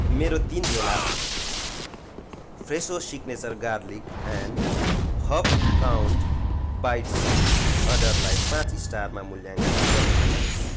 मेरो तिन झोला फ्रेसो signature garlic and herb count bites अर्डरलाई पाँच स्टारमा मूल्याङ्कन गर्नुहोस्